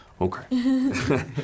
Okay